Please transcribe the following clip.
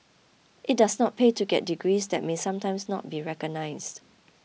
it does not pay to get degrees that may sometimes not be recognised